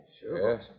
Sure